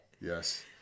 Yes